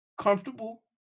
comfortable